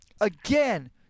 again